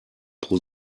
pro